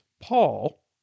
Paul